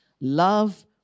love